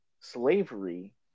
Slavery